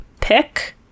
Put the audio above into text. pick